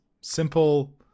simple